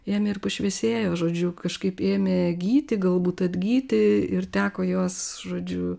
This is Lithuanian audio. jame ir pašviesėjo žodžiu kažkaip ėmė gyti galbūt atgyti ir teko juos žodžiu